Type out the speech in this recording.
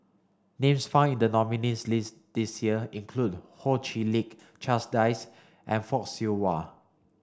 names found in the nominees' list this year include Ho Chee Lick Charles Dyce and Fock Siew Wah